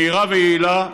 מהירה ויעילה,